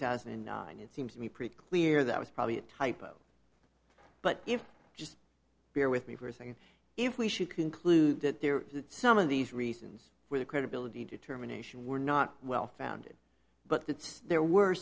thousand and nine it seems to me pretty clear that was probably a typo but if just bear with me we're saying if we should conclude that there is some of these reasons for the credibility determination were not well founded but that there were